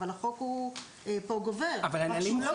אבל החוק הוא פה גובר -- אבל הנהלים חוצים.